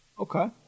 Okay